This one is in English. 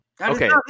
Okay